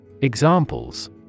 Examples